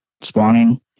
spawning